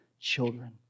children